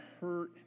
hurt